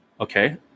Okay